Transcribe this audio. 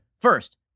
First